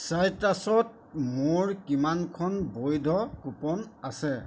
চাইট্ৰাছত মোৰ কিমানখন বৈধ কুপন আছে